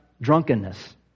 drunkenness